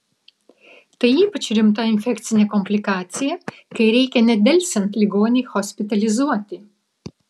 tai ypač rimta infekcinė komplikacija kai reikia nedelsiant ligonį hospitalizuoti